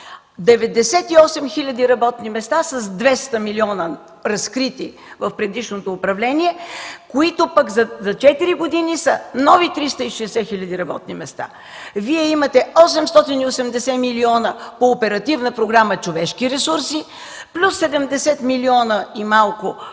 98 000 работни места с 200 милиона разкрити в предишното управление, които пък за четири години са нови 360 хиляди работни места. Вие имате 880 милиона по Оперативна програма „Човешки ресурси”, но 70 милиона и малко по